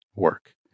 work